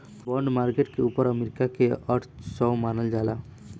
bond market के ऊपर America के वर्चस्व मानल जाला